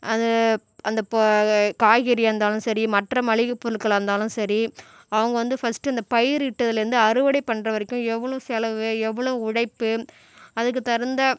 அது அந்த இப்போ காய்கறியாக இருந்தாலும் சரி மற்ற மளிகைப்பொருட்களாக இருந்தாலும் சரி அவங்க வந்து ஃபஸ்ட்டு இந்த பயிரிட்டதுலேருந்து அறுவடை பண்ணுற வரைக்கும் எவ்வளோ செலவு எவ்வளோ உழைப்பு அதுக்கு தகுந்த